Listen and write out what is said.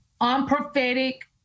unprophetic